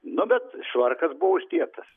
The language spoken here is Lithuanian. nu bet švarkas buvo uždėtas